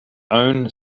own